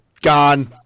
Gone